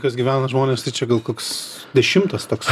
kas gyvena žmonės tai čia gal koks dešimtas toks